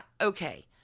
Okay